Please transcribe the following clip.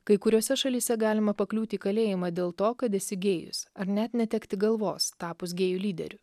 kai kuriose šalyse galima pakliūti į kalėjimą dėl to kad esi gėjus ar net netekti galvos tapus gėjų lyderiu